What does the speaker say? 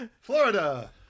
Florida